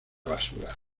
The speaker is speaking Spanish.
basura